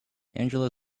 angela